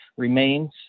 remains